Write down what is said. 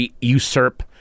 usurp